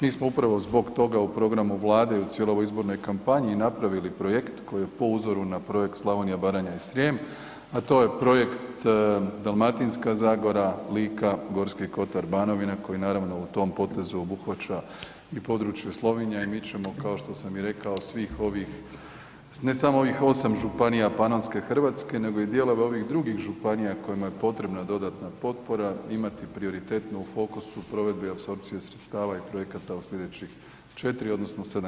Mi smo upravo zbog toga u programu Vlade i u cijeloj ovoj izbornoj kampanji napravili projekt koji je po uzoru na projekt Slavonija, Baranja i Srijem, a to je projekt Dalmatinska zagora, Lika, Gorski kotar, Banovina koji naravno u tom potezu obuhvaća i područje Slovinja i mi ćemo kao što sam i rekao svih ovih, ne samo ovih 8 županija Panonske Hrvatske nego i dijelove ovih drugih županija kojima je potrebna dodatna potpora imati prioritetno u fokusu provedbi i apsorpciji sredstava i projekata u slijedećih 4 odnosno 7 godina.